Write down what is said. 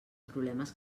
problemes